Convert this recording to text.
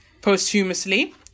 posthumously